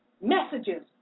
messages